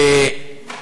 לא.